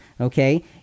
okay